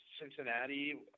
Cincinnati